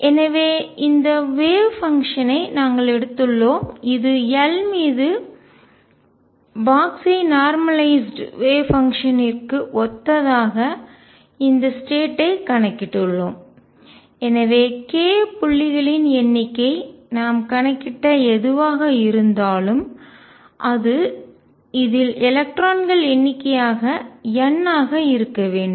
எனவே இந்த wave function ஐ அலை செயல்பாடு நாங்கள் எடுத்துள்ளோம் இது L மீது பெட்டி நார்மலய்ஸ்டு வேவ் பங்ஷன் ற்கு அலை செயல்பாடு ஒத்ததாக இந்த ஸ்டேட் ஐ கணக்கிட்டுள்ளோம் எனவே k புள்ளிகளின் எண்ணிக்கை நாம் கணக்கிட்ட எதுவாக இருந்தாலும் அது இதில் எலக்ட்ரான்கள் எண்ணிக்கையாக n ஆக இருக்க வேண்டும்